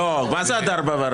לא, מה זה עד 04:15?